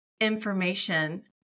information